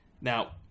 Now